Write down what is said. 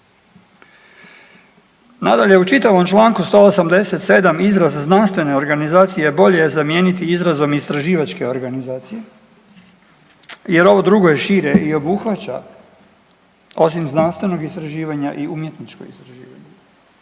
Nadalje, u čitavom članku 187. izraz „znanstvene organizacije“ bolje je zamijeniti izrazom „istraživačke organizacije“, jer ovo drugo je šire i obuhvaća osim znanstvenog istraživanja i umjetničko istraživanje.